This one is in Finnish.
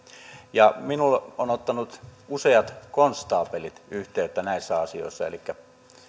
minuun ovat ottaneet useat konstaapelit yhteyttä näissä asioissa elikkä